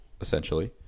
essentially